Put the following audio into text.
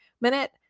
minute